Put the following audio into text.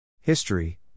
History